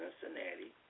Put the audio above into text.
Cincinnati